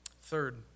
Third